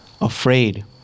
afraid